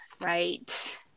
right